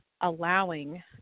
allowing